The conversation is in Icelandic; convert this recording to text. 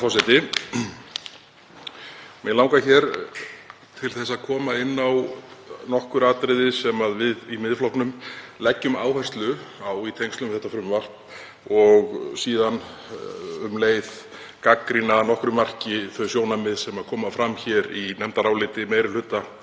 Mig langar til að koma inn á nokkur atriði sem við í Miðflokknum leggjum áherslu á í tengslum við þetta frumvarp og síðan um leið að gagnrýna að nokkru marki þau sjónarmið sem koma fram í nefndaráliti meiri hluta